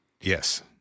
Yes